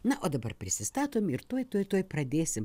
na o dabar prisistatom ir tuoj tuoj tuoj pradėsim